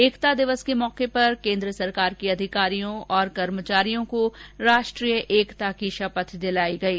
एकता दिवस के मौके पर केन्द्र सरकार के अधिकारियों और कर्मचारियों को राष्ट्रीय एकता की शपथ दिलायी गयी